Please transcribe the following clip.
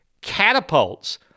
catapults